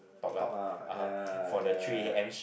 talk ah ya ya ya ya ya